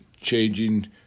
changing